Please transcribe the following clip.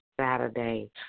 Saturday